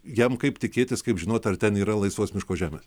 jam kaip tikėtis kaip žinot ar ten yra laisvos miško žemės